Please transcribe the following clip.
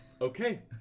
Okay